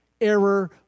error